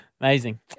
Amazing